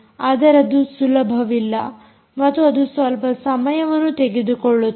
ಆದರೆ ಅದು ಸುಲಭವಿಲ್ಲ ಮತ್ತು ಅದು ಸ್ವಲ್ಪ ಸಮಯವನ್ನು ತೆಗೆದುಕೊಳ್ಳುತ್ತದೆ